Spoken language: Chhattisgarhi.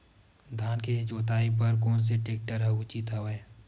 धान के जोताई बर कोन से टेक्टर ह उचित हवय?